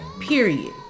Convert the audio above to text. Period